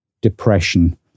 depression